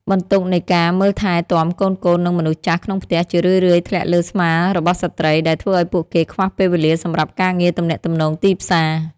បន្ទុកនៃការមើលថែទាំកូនៗ និងមនុស្សចាស់ក្នុងផ្ទះ ជារឿយៗធ្លាក់លើស្មារបស់ស្ត្រី ដែលធ្វើឱ្យពួកគេខ្វះពេលវេលាសម្រាប់ការងារទំនាក់ទំនងទីផ្សារ។